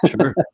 sure